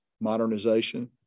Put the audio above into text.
modernization